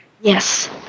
Yes